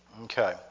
Okay